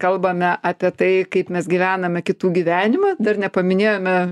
kalbame apie tai kaip mes gyvename kitų gyvenimą dar nepaminėjome